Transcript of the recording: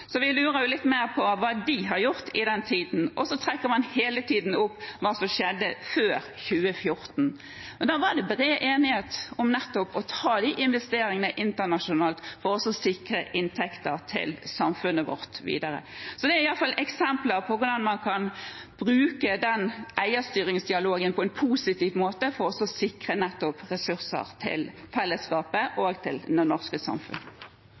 så vi lurer jo litt mer på hva de har gjort i den tiden. Så trekker man hele tiden opp hva som skjedde før 2014. Da var det bred enighet nettopp om å ta de investeringene internasjonalt for å sikre inntekter til samfunnet vårt videre. Dette er iallfall noen eksempler på hvordan man kan bruke den eierstyringsdialogen på en positiv måte, nettopp for å sikre ressurser til felleskapet og til det norske